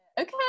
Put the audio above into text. Okay